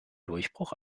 durchbruch